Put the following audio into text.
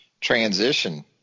transition